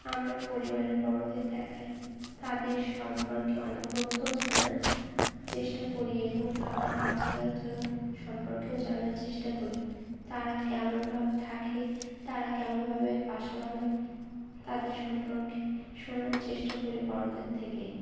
আমার পরিবারের বড়দের দেখাই তাদের সম্পর্কে অনেক তথ্য জানার চেষ্টা করি এবং তাদের আচার আচরণ সম্পর্কেও জানার চেষ্টা করি তারা কেমনভাবে থাকে তারা কেমনভাবে বাসা বানায় তাদের সম্পর্কে শোনার চেষ্টা করি বড়দের থেকে